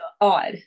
odd